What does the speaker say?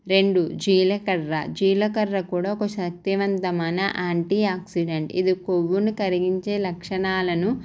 రెండు జీలకర్ర జీలకర్ర కూడా ఒక శక్తివంతమైన యాంటీఆక్సిడెంట్ ఇది కొవ్వును కరిగించే లక్షణాలను